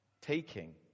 taking